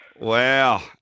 Wow